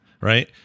right